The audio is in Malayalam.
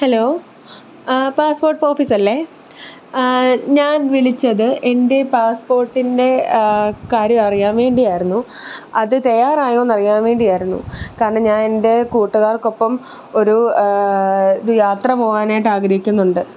ഹലോ പാസ്സ്പോർട്ട് ഓഫീസല്ലേ ഞാൻ വിളിച്ചത് എൻ്റെ പാസ്സ്പോർട്ടിന്റെ കാര്യം അറിയാൻവേണ്ടി ആയിരുന്നു അത് തയ്യാറായോ എന്നറിയാൻ വേണ്ടിയായിരുന്നു കാരണം ഞാനെന്റെ കൂട്ടുകാർക്കൊപ്പം ഒരു ഒരു യാത്ര പോകാനായിട്ടാഗ്രഹിക്കുന്നുണ്ട്